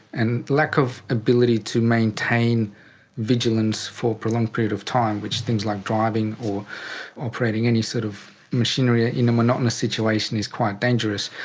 and lack of ability to maintain vigilance for a prolonged period of time, which things like driving or operating any sort of machinery ah in a monotonous situation is quite dangerous.